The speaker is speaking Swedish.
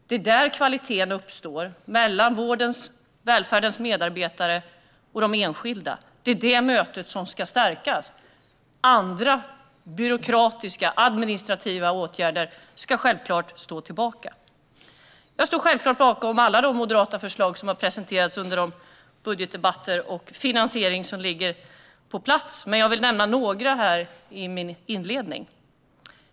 Det är där kvaliteten uppstår - mellan vårdens, välfärdens, medarbetare och de enskilda. Det är det mötet som ska stärkas. Andra, byråkratiska och administrativa, åtgärder ska självfallet stå tillbaka. Jag står självklart bakom alla de moderata förslag som har presenterats under budgetdebatterna och den finansiering som ligger på plats, men jag vill nämna några i min inledning.